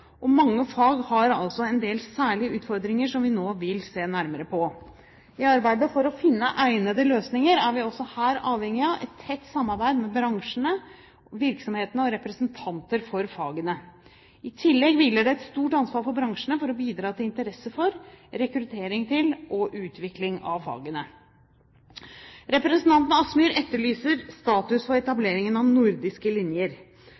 Mange fag har altså en del særlige utfordringer som vi nå vil se nærmere på. I arbeidet for å finne egnede løsninger er vi også her avhengige av et tett samarbeid med bransjene/virksomhetene/representanter for fagene. I tillegg hviler det et stort ansvar på bransjene for å bidra til interesse for, rekruttering til og utvikling av fagene. Representanten Kielland Asmyhr etterlyser status for etableringen av nordiske linjer.